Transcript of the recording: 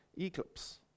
eclipse